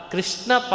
Krishna